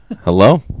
hello